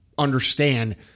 understand